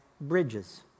bridges